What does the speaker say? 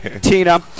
Tina